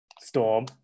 storm